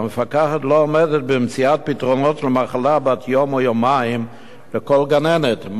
והמפקחת לא עומדת במציאת פתרונות למחלה בת יום או יומיים לכל גננת,